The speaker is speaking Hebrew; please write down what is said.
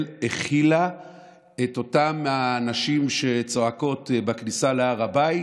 הכילה את אותן נשים שצועקות בכניסה להר הבית,